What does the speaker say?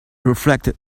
reflected